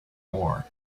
ore